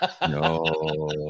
No